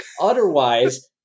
Otherwise